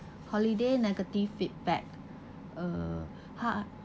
holiday negative feedback uh hi